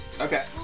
Okay